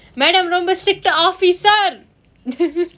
madam ரொம்ப :romba strict officer